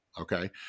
Okay